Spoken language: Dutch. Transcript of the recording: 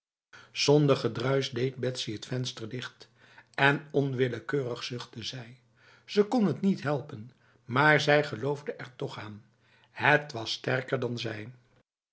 zonder geruis deed betsy het venster dicht en onwillekeurig zuchtte zij ze kon het niet helpen maar zij geloofde er toch aan het was sterker dan zij